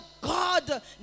God